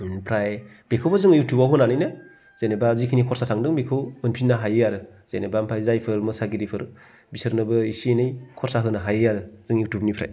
ओमफ्राय बेखौबो जोङो इउटुबाव होनानैनो जेनेबा जिखिनि खरसा थांदों बेखौ मोनफिननो हायो आरो जेनेबा ओमफ्राय जायफोर मोसागिरिफोर बिसोरनोबो इसे इनै खरसा होनो हायो आरो जों इउटुबनिफ्राय